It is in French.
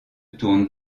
tourne